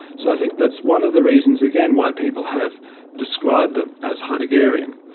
so i think that's one of the reasons again why people have described them as heideggerian.